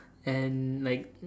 and like